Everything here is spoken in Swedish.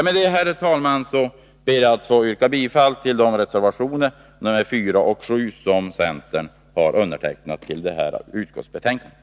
Med detta, herr talman, ber jag att få yrka bifall till reservationerna 4 och 7 i utskottsbetänkandet.